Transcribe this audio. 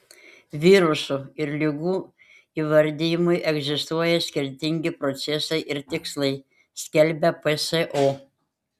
virusų ir ligų įvardijimui egzistuoja skirtingi procesai ir tikslai skelbia pso